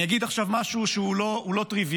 אני אגיד עכשיו משהו שהוא לא טריוויאלי: